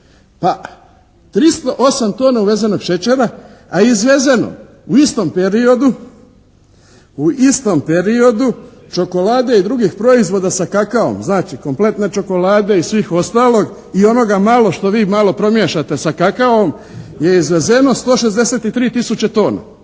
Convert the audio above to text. Pa 308 tona uvezenog šećera, a izvezeno u istom periodu čokolade i drugih proizvoda sa kakaom, znači kompletno čokolade i svih ostalog i onoga malo što vi malo promiješate sa kakaom je izvezeno 163 tisuće tona.